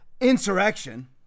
insurrection